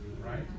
Right